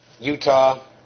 Utah